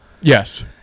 yes